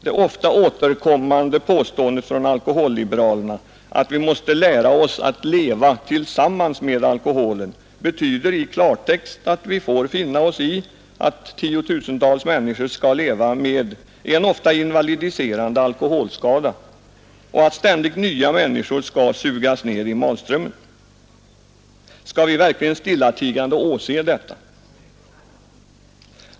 Det ofta återkommande påståendet från alkoholliberalerna att vi måste ”lära oss att leva tillsammans med alkoholen”, betyder i klartext att vi får finna oss i att tiotusentals människor skall leva med en ofta invalidiserande alkoholskada och att ständigt nya människor skall sugas ned i malströmmen. Skall vi verkligen stillatigande åse detta?